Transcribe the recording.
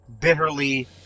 bitterly